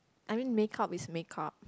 I mean makeup is makeup